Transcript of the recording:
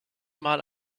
mal